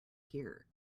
hear